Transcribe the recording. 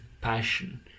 passion